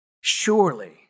Surely